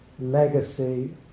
legacy